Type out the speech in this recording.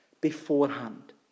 beforehand